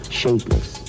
shapeless